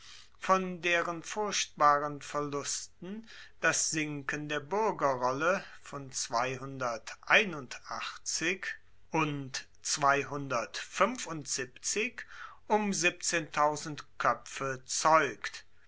von deren furchtbaren verlusten das sinken der buergerrolle von und um koepfe zeugt